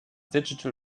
digital